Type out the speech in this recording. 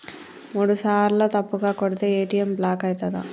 మూడుసార్ల తప్పుగా కొడితే ఏ.టి.ఎమ్ బ్లాక్ ఐతదా?